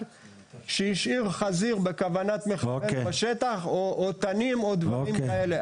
שהשאיר חזיר בר בכוונת מכוון בשטח או תנים או דברים כאלה.